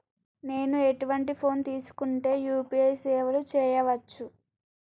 నేను ఎటువంటి ఫోన్ తీసుకుంటే యూ.పీ.ఐ సేవలు చేయవచ్చు?